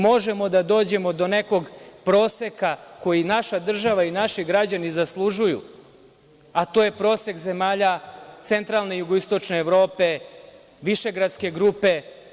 Možemo da dođemo do nekog proseka koji naša država i naši građani zaslužuju, a to je prosek zemalja centralne jugoistočne Evrope, Višegradske grupe.